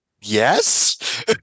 yes